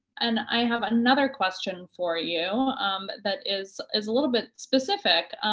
and i have another question for you um that is is a little bit specific,